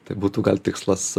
tai būtų gal tikslas